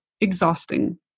exhausting